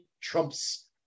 trumps